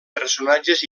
personatges